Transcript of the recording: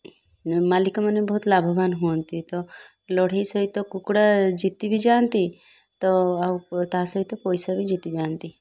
ମାଲିକମାନେ ବହୁତ ଲାଭବାନ୍ ହୁଅନ୍ତି ତ ଲଢ଼େଇ ସହିତ କୁକୁଡ଼ା ଜିତିବି ଯାଆନ୍ତି ତ ଆଉ ତା ସହିତ ପଇସା ବି ଜିତି ଯାଆନ୍ତି